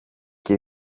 και